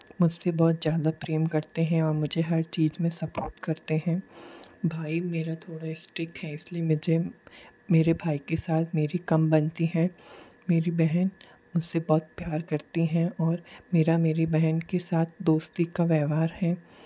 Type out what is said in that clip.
मुझ से बहुत ज़्यादा प्रेम करते हैं और मुझे हर चीज़ में सपोर्ट करते हैं भाई मेरा थोड़ा इस्टिक है इस लिए मुझे मेरे भाई के साथ मेरी कम बनती है मेरी बहन मुझ से बहुत प्यार करती हैं और मेरा मेरी बहन के साथ दोस्ती का व्यवहार है